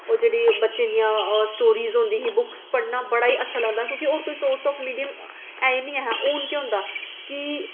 ओह् जेह्ड़ी बच्चें दी स्टोरी होंदी ही ओह् बुक पढ़ना बड़ा अच्छा लगदा हा की के होर कोई पढ़ने दा सोर्स ऐहा नेहा हून केह् होंदा